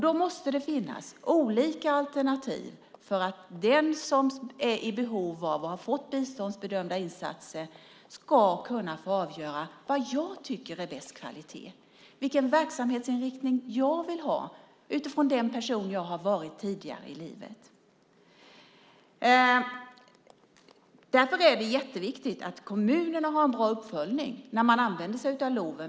Då måste det finnas olika alternativ, så att de som är i behov av bistånd själva ska kunna få avgöra vad man vill ha för inriktning på verksamheten utifrån den person man har varit tidigare i livet. Därför är det jätteviktigt att kommunerna har en bra uppföljning när man använder LOV.